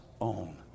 own